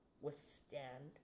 Withstand